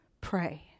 pray